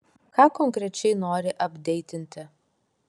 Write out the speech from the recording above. ką konkrečiai nori apdeitinti